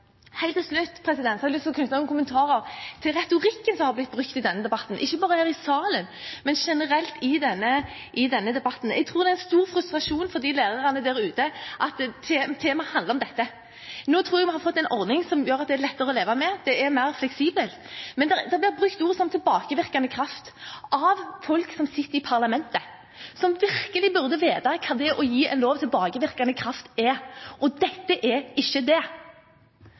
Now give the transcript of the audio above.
Helt til slutt har jeg lyst til å knytte noen kommentarer til retorikken som har blitt brukt i denne debatten, ikke bare her i salen, men generelt i denne debatten. Jeg tror det er en stor frustrasjon for de lærerne der ute at temaet handler om dette. Nå tror jeg vi har fått en ordning som gjør det lettere å leve med, den er mer fleksibel. Men det blir brukt ord som «tilbakevirkende kraft» av folk som sitter i parlamentet, som virkelig burde vite hva det å gi en lov tilbakevirkende kraft er. Dette er ikke det.